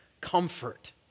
comfort